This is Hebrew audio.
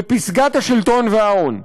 בפסגת השלטון וההון,